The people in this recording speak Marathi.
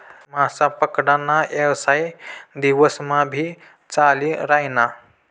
मासा पकडा ना येवसाय दिवस मा भी चाली रायना